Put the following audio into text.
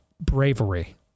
Bravery